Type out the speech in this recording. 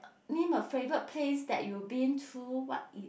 name a favourite place that you been to what if